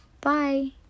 Bye